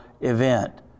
event